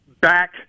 back